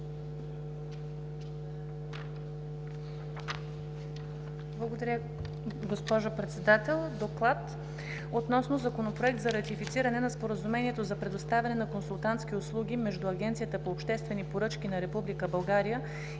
Благодаря, госпожо Председател. „ДОКЛАД относно Законопроект за ратифициране на Споразумението за предоставяне на консултантски услуги между Агенцията по обществени поръчки на Република България и